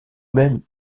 même